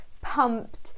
pumped